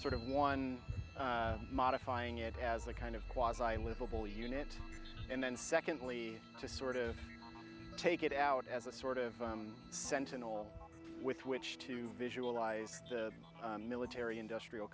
sort of one modifying it as a kind of quasi little unit and then secondly to sort of take it out as a sort of sentinel with which to visualize the military industrial